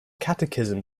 catechism